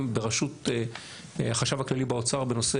בראשות החשב הכללי באוצר יסיים את העבודה בנושא